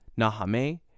Nahame